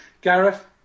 Gareth